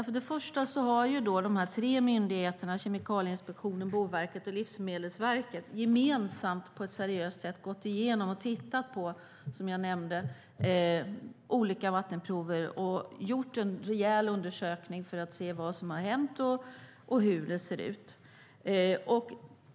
Först och främst har de tre myndigheterna, Kemikalieinspektionen, Boverket och Livsmedelsverket, gemensamt på ett seriöst sätt gått igenom och tittat på olika vattenprover och gjort en rejäl undersökning för att se vad som har hänt och hur det ser ut.